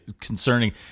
concerning